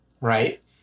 right